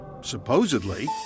supposedly